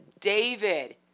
David